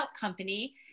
company